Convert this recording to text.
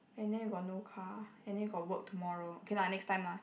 and then we got no car and then we got work tomorrow okay lah next time lah